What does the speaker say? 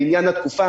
לעניין התקופה,